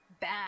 bad